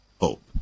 hope